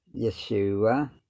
Yeshua